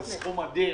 זה סכום אדיר.